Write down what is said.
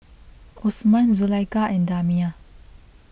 Osman Zulaikha and Damia